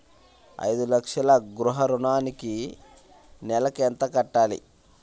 ఐదు లక్షల గృహ ఋణానికి నెలకి ఎంత కట్టాలి?